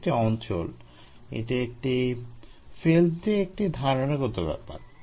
এটি একটি অঞ্চল এটি একটি ফিল্মটি একটি ধারণাগত ব্যাপার